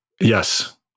Yes